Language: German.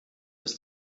des